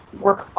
work